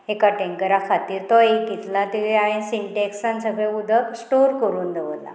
एका टँकरा खातीर तो एक घेतला ते हांवें सिंटेक्सान सगळें उदक स्टोर करून दवरला